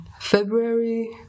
february